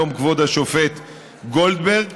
היום כבוד השופט גולדברג.